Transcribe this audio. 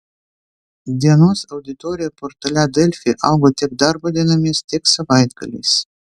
dienos auditorija portale delfi augo tiek darbo dienomis tiek savaitgaliais